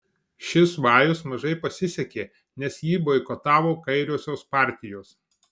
šis vajus mažai pasisekė nes jį boikotavo kairiosios partijos